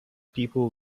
people